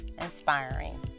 inspiring